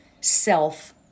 self